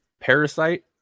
Parasite